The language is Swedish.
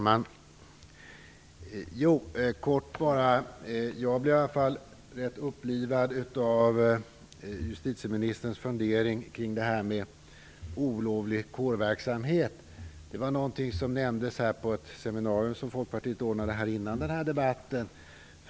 Fru talman! Jag blev rätt upplivad av justitieministerns fundering kring det här med olovlig kårverksamhet. Det var någonting som nämndes av en rättslärd på ett seminarium som Folkpartiet ordnade före denna debatt.